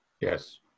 Yes